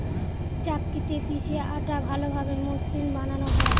চাক্কিতে পিষে আটা ভালোভাবে মসৃন বানানো হয়